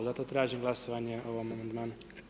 Zato tražim glasovanje o ovom Amandmanu.